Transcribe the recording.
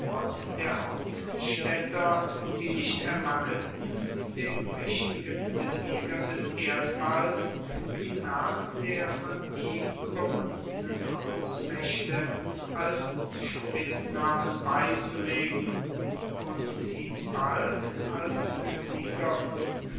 der hauptstädter die nicht ermangelten dem mächtigen besieger des erdballs die namen der von ihm überwundenen großmächte als spitznamen beizulegen und ihn bald als sieger von